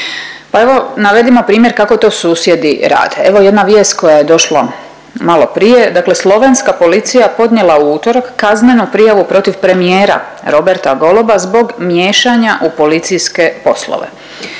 Pa evo, navedimo primjer kako to susjedi rade. Evo jedna vijest koja je došla malo prije. Dakle slovenska policija podnijela u utorak kaznenu prijavu protiv premijera Roberta Goloba zbog miješanja u policijske poslove.